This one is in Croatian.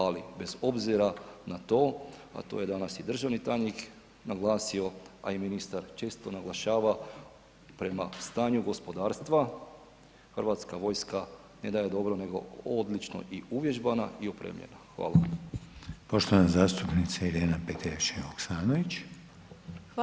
Ali bez obzira na to a to je danas i državni tajnik naglasio a i ministar često naglašava prema stanju gospodarstva, Hrvatska vojska ne da je dobro nego odlično i uvježbana i opremljena.